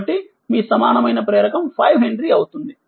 కాబట్టి మీ సమానమైన ప్రేరకం 5హెన్రీఅవుతుంది